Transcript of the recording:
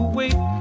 wait